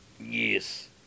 Yes